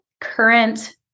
current